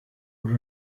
were